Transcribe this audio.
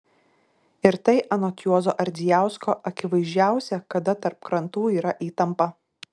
ir tai anot juozo ardzijausko akivaizdžiausia kada tarp krantų yra įtampa